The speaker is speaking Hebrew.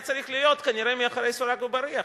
מקומי היה צריך להיות כנראה מאחורי סורג ובריח,